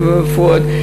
פואד,